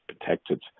protected